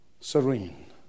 serene